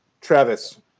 Travis